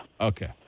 Okay